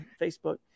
Facebook